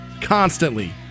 constantly